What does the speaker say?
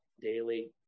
daily